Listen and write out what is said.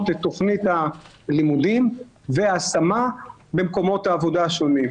את תוכנית הלימודים וההשמה במקומות העבודה השונים.